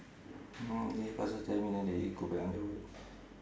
no they faster tell me then they go back on their work